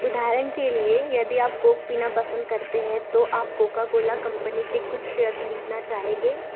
उदाहरण के लिए यदि आप कोक पीना पसंद करते हैं तो आप कोका कोला कम्पनी के कुछ शेयर खरीदना चाहेंगे